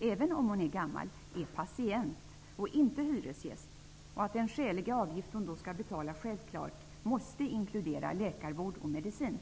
-- även om hon är gammal -- är patient och inte hyresgäst och att den skäliga avgift hon då skall betala självklart måste inkludera läkarvård och medicin.